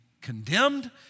condemned